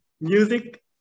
Music